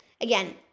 again